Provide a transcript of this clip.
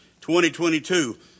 2022